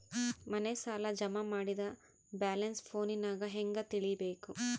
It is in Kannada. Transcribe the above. ಮನೆ ಸಾಲ ಜಮಾ ಮಾಡಿದ ಬ್ಯಾಲೆನ್ಸ್ ಫೋನಿನಾಗ ಹೆಂಗ ತಿಳೇಬೇಕು?